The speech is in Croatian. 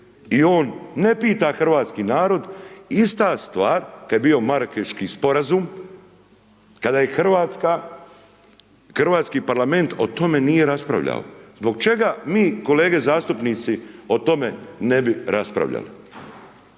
i on ne pita hrvatski narod. Ista stvar kad je bio Marakeski sporazum, kada je Hrvatska, Hrvatski parlament nije o tome raspravljao, zbog čega mi kolege zastupnici o tome ne bi raspravljali.